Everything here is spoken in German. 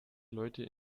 leute